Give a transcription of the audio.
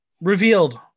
Revealed